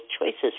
choices